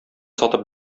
сатып